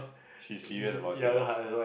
she's serious about it lah